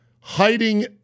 hiding